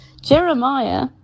Jeremiah